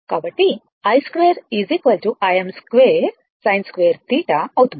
కాబట్టి i2 Im2sin2θ అవుతుంది